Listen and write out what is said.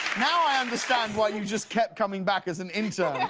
now i understand why you just kept coming back as an intern.